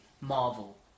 Marvel